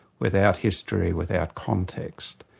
without history, without context,